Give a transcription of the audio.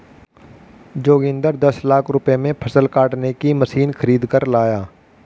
जोगिंदर दस लाख रुपए में फसल काटने की मशीन खरीद कर लाया